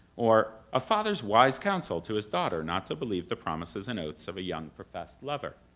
or, a father's wise counsel to his daughter not to believe the promises and oaths of a young professed lover.